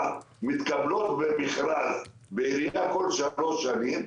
מתקבלות במכרז בעירייה בכל שלוש שנים,